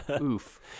Oof